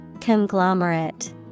Conglomerate